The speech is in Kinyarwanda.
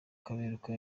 kaberuka